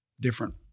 different